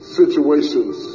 situations